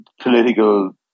political